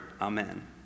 Amen